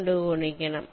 കൊണ്ട് ഗുണിക്കണം